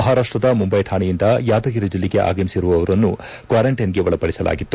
ಮಹಾರಾಷ್ಟದ ಮುಂಬೈ ತಾಣೆಯಿಂದ ಯಾದಗಿರಿ ಜೆಲ್ಲೆಗೆ ಆಗಮಿಸಿದವರನ್ನು ಕ್ವಾರಂಟೈನ್ಗೆ ಒಳಪಡಿಸಲಾಗಿತ್ತು